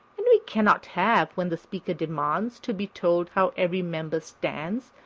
and we cannot have, when the speaker demands to be told how every member stands,